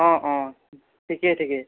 অঁ অঁ ঠিকে ঠিকে